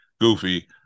goofy